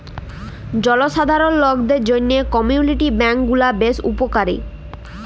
জলসাধারল লকদের জ্যনহে কমিউলিটি ব্যাংক গুলা বেশ উপকারী